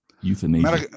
euthanasia